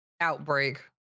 Outbreak